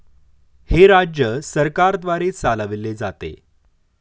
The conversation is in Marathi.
हे राज्य सरकारद्वारे चालविले जाते